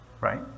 right